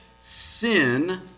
sin